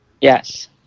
yes